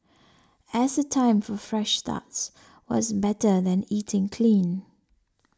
as a time for fresh starts what's better than eating clean